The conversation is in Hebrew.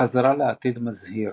בחזרה לעתיד מזהיר